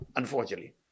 unfortunately